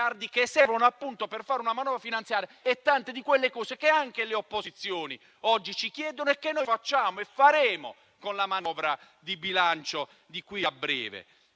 che servono per fare una manovra finanziaria e per realizzare tante di quelle cose che anche le opposizioni oggi ci chiedono e che noi facciamo e faremo con la manovra di bilancio di qui a breve.